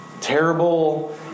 terrible